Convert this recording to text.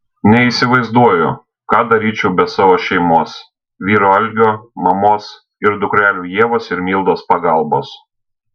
neįsivaizduoju ką daryčiau be savo šeimos vyro algio mamos ir dukrelių ievos ir mildos pagalbos